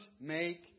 make